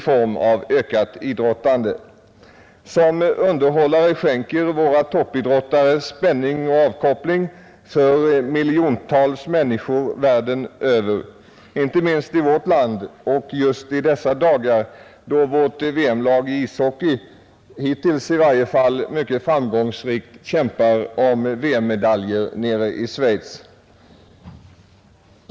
Som underhållare skänker toppidrottsmännen spänning och avkoppling till miljontals människor världen över, inte minst i vårt land och just i dessa dagar, då vårt VM-lag i ishockey =— hittills i varje fall — mycket framgångsrikt kämpar om VM-medaljer nere i Schweiz.